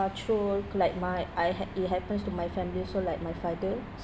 true like my I had it happens to my family also like my father